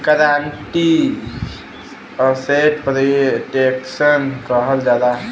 guarantee asset protection कहल जाला